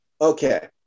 Okay